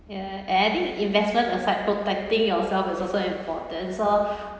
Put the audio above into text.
ya a~ adding investment aside protecting yourself is also important so